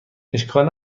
اشکال